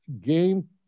game